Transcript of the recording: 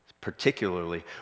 particularly